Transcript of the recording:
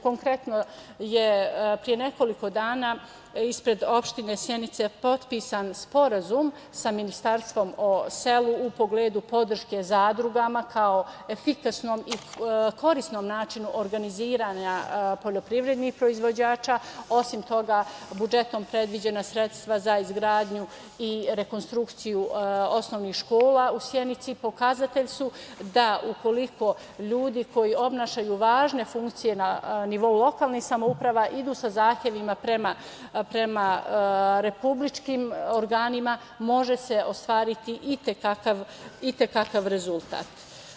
Konkretno je pre nekoliko dana ispred opštine Sjenice potpisan sporazum sa Ministarstvom o selu u pogledu podrške zadrugama kao efikasnom i korisnom načinu organizovanja poljoprivrednih proizvođača, osim toga budžetom predviđena sredstva za izgradnju i rekonstrukciju osnovnih škola u Sjenici, pokazatelj su da ukoliko ljudi koji nose važne funkcije na nivou lokalnih samouprava idu sa zahtevima prema republičkim organima, može se ostvariti i te kakav rezultat.